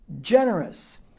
generous